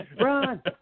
run